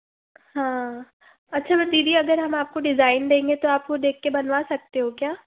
हाँ अच्छा तो दीदी अगर हम आपको डिज़ाइन देंगे तो आप वो देख के बनवा सकते हो क्या